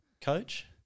Coach